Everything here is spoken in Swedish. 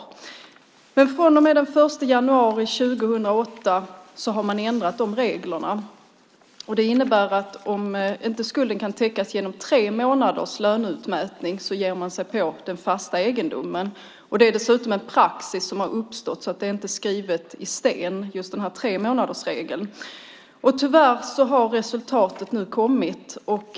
Från och med den 1 januari 2008 har man ändrat reglerna för detta. Ändringen innebär att man ger sig på den fasta egendomen om skulden inte kan täckas genom tre månaders löneutmätning. Detta är en praxis som har uppstått - just tremånadersregeln är alltså inte huggen i sten. Tyvärr har resultatet nu kommit.